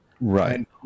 right